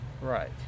Right